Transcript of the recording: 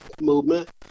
movement